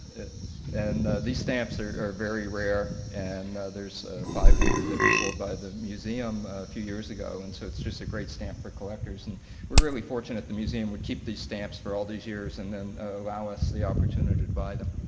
and these stamps are are very rare and there's five hundred that were sold by the museum a few years ago. and so it's just a great stamp for collectors. and we're really fortunate the museum would keep these stamps for all these years and then allow us the opportunity to buy them.